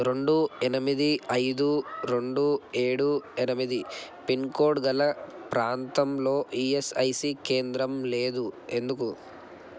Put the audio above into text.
రెండు ఎనిమిది ఐదు రెండు ఏడు ఎనిమిది పిన్కోడ్ గల ప్రాంతంలో ఈఎస్ఐసి కేంద్రం లేదు ఎందుకు